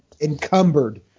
encumbered